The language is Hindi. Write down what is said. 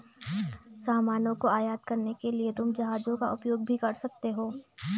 सामान को आयात करने के लिए तुम जहाजों का उपयोग भी कर सकते हो